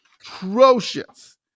atrocious